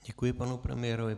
Děkuji panu premiérovi.